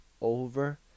over